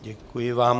Děkuji vám.